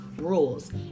rules